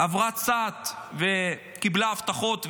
עברה צד וקיבלה הבטחות,